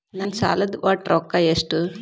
ನನ್ನ ಸಾಲದ ಒಟ್ಟ ರೊಕ್ಕ ಎಷ್ಟು?